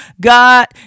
god